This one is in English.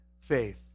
faith